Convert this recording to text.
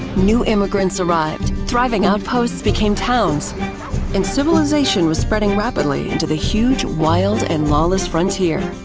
new immigrants arrived, thriving outposts became towns and civilization was spreading rapidly into the huge wild and lawless frontier.